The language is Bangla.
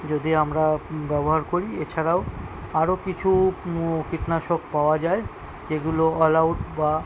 যদি আমরা ব্যবহার করি এছাড়াও আরও কিছু কীটনাশক পাওয়া যায় যেগুলো অল আউট বা